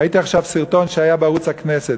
ראיתי עכשיו סרטון בערוץ הכנסת,